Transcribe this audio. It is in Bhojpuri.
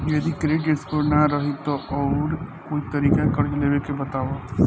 जदि क्रेडिट स्कोर ना रही त आऊर कोई तरीका कर्जा लेवे के बताव?